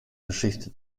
geschichte